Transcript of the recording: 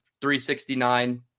369